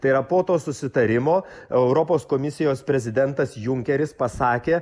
tai yra po to susitarimo europos komisijos prezidentas junkeris pasakė